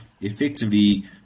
effectively